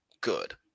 good